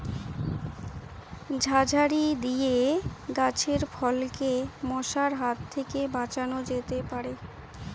ঝাঁঝরি দিয়ে গাছের ফলকে মশার হাত থেকে বাঁচানো যেতে পারে?